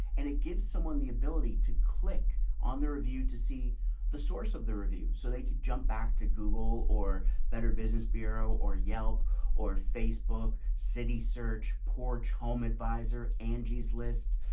and it gives someone the ability to click on their review to see the source of their review so they could jump back to google or better business bureau or yelp or facebook city search, poor cz, home advisor, angie's list,